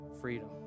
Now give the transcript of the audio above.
freedom